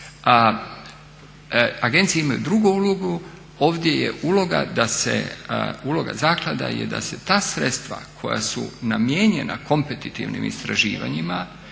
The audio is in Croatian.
Agencije imaju drugu ulogu, ovdje je uloga, uloga zaklada je da se ta sredstva koja su namijenjena kompetitivnim istraživanjima